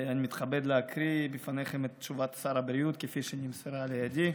אני מתכבד להקריא בפניכם את תשובת שר הבריאות כפי שהיא נמסרה לידי.